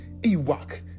Ewok